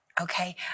Okay